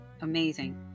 Amazing